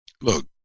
look